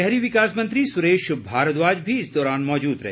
शहरी विकास मंत्री सुरेश भारद्वाज भी इस दौरान मौजूद रहे